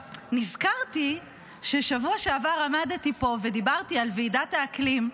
נזכרתי ששבוע שעבר עמדתי פה ודיברתי על ועידת האקלים,